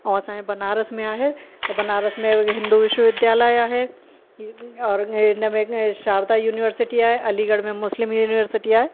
ऐं असांजे बनारस में आहे त बनारस में हिंदू विश्ववविद्यालय आहे और हिन में शारदा यूनिवरसिटी आहे अलीगढ़ में मुस्लिम यूनिवर्सिटी आहे